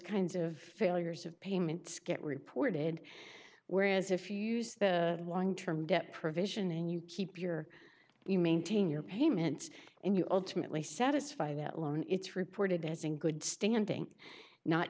kinds of failures of payments get reported whereas if you use the long term debt provision and you keep your you maintain your payments and you ultimately satisfy that loan it's reported